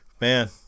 Man